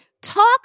talk